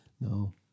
No